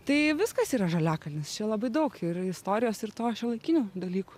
tai viskas yra žaliakalnis čia labai daug ir istorijos ir to šiuolaikinių dalykų